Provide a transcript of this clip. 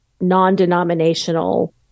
non-denominational